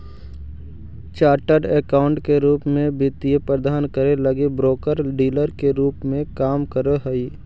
chartered accountant के रूप में वे वित्तीय प्रबंधन करे लगी ब्रोकर डीलर के रूप में काम करऽ हई